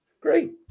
Great